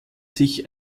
sich